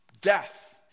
death